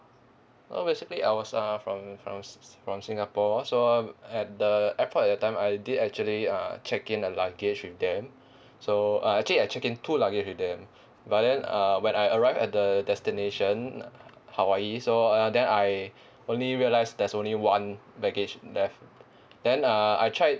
so basically I was uh from from s~ from singapore so at the airport that time I did actually uh check in the luggage with them so uh actually I check in two luggage with them but then uh when I arrived at the destination hawaii so uh then I only realise there's only one baggage left then uh I tried